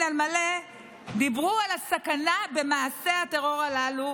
על מלא דיברו על הסכנה במעשי הטרור הללו,